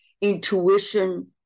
intuition